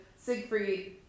Siegfried